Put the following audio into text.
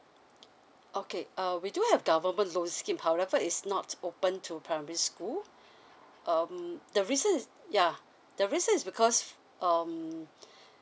okay err we do have government loan scheme however is not open to primary school um the reason is yeah the reason is because um